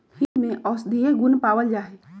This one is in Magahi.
हींग में औषधीय गुण पावल जाहई